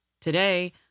Today